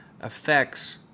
affects